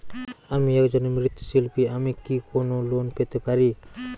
আমি একজন মৃৎ শিল্পী আমি কি কোন লোন পেতে পারি?